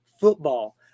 football